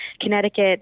Connecticut